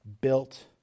built